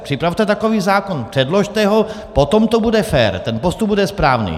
Připravte takový zákon, předložte ho, potom to bude fér, ten postup bude správný.